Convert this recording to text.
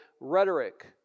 rhetoric